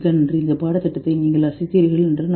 இந்த பாடத்திட்டத்தை நீங்கள் ரசித்தீர்கள் என்று நம்புகிறேன்